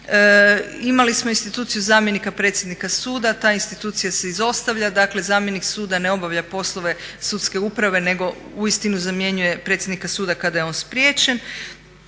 Imali smo instituciju zamjenika predsjednika suda. Ta institucija se izostavlja. Dakle, zamjenik suda ne obavlja poslove sudske uprave, nego uistinu zamjenjuje predsjednika suda kada je on spriječen.